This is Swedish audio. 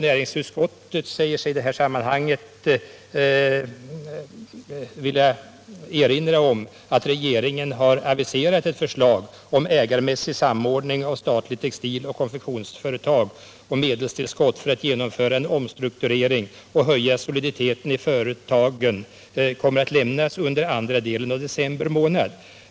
Näringsutskottet erinrar om att regeringen har aviserat ett förslag om ägarmässig samordning av statliga textiloch konfektionsföretag och om medelstillskott för att genomföra en omstrukturering och förbättra Soliditeten i företagen. Detta förslag kommer att lämnas under andra delen av december månad.